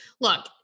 look